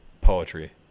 poetry